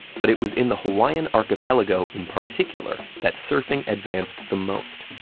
but it was in the hawaiian archipelago in particular that surfing advanced the most,